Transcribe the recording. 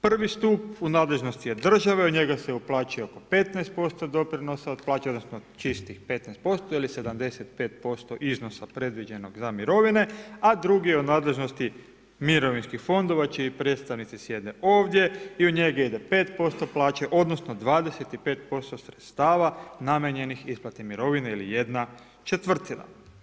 Prvi stup je u nadležnosti države, u njega se uplaćuje oko 15% doprinosa od plaće odnosno čistih 15% ili 75% iznosa predviđenog za mirovine, a drugi je u nadležnosti mirovinskih fondova čiji predstavnici sjede ovdje i u njega ide 5% plaće odnosno 25% sredstava namijenjenih isplati mirovine ili jedna četvrtina.